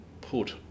put